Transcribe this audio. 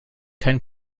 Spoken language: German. kein